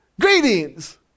greetings